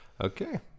Okay